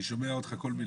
אני שומע אותך כל מילה.